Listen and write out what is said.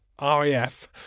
RAF